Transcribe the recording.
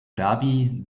dhabi